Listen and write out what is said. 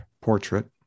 portrait